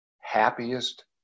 happiest